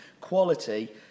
quality